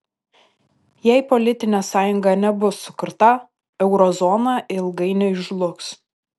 jei politinė sąjunga nebus sukurta euro zona ilgainiui žlugs